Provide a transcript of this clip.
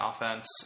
offense